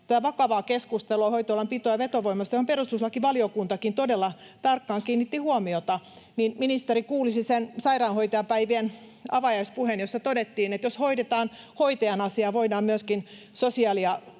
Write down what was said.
vakavaa keskustelua hoitoalan pito- ja vetovoimasta, johon perustuslakivaliokuntakin todella tarkkaan kiinnitti huomiota — kuulisi sen Sairaanhoitajapäivien avajaispuheen, jossa todettiin, että jos hoidetaan hoitajien asia, voidaan myöskin sosiaali-